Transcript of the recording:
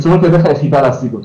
מצוינות היא הדרך היחידה להשיג אותו.